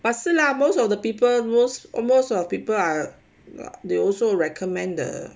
啊是啦 most of the people most most of the people are they also recommend the